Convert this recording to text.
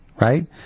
right